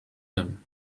him